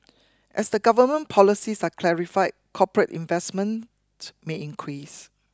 as the government policies are clarified corporate investment may increase